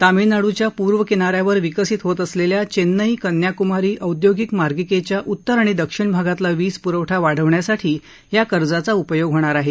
तामिळनाडूच्या पूर्व किना यावर विकसित होत असलेल्या चेन्नई कन्याकुमारी औद्योगिक मार्गिकेच्या उत्तर आणि दक्षिण भागातला वीज पुरवठा वाढवण्यासाठी या कर्जाचा उपयोग होणार आहे